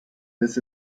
this